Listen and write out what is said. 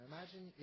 Imagine